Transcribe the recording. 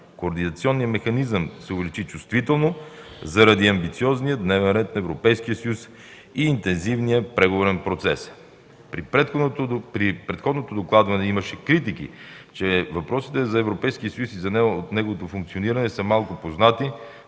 координационния механизъм, се увеличи чувствително заради амбициозния дневен ред на Европейския съюз и интензивния преговорен процес. При предходното докладване имаше критики, че въпросите за Европейския съюз и за неговото функциониране са малко познати